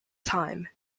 time